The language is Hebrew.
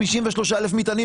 53,000 מטענים.